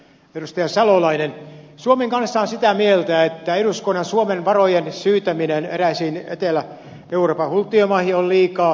edustaja salolainen suomen kansa on sitä mieltä että eduskunnan suomen varojen syytäminen eräisiin etelä euroopan hulttiomaihin on liikaa